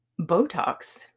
Botox